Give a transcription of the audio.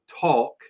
talk